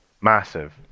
massive